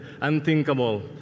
unthinkable